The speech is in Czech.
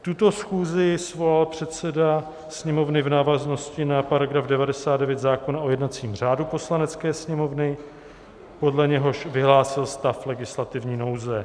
Tuto schůzi svolal předseda Sněmovny v návaznosti na § 99 zákona o jednacím řádu Poslanecké sněmovny, podle něhož vyhlásil stav legislativní nouze.